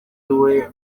iwe